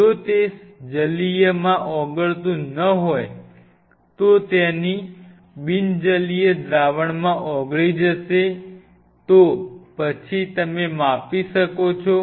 જો તે જલીયમાં ઓગળતું ન હોય તો તે તેની બિન જલીય દ્રાવણમાં ઓગળી જશે તો પછી તમે માપી શકો છો